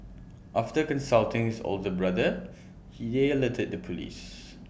after consulting his older brother he alerted the Police